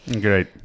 Great